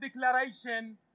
declaration